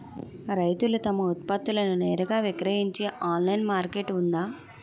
రైతులు తమ ఉత్పత్తులను నేరుగా విక్రయించే ఆన్లైన్ మార్కెట్ ఉందా?